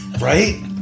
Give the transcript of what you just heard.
Right